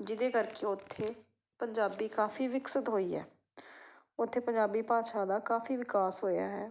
ਜਿਹਦੇ ਕਰਕੇ ਉੱਥੇ ਪੰਜਾਬੀ ਕਾਫੀ ਵਿਕਸਿਤ ਹੋਈ ਹੈ ਉੱਥੇ ਪੰਜਾਬੀ ਭਾਸ਼ਾ ਦਾ ਕਾਫੀ ਵਿਕਾਸ ਹੋਇਆ ਹੈ